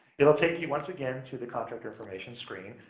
it'll take you, once again, to the contractor information screen.